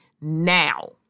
now